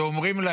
שאומרות: